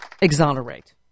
exonerate